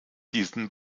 diesen